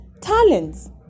talents